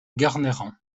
garnerans